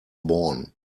born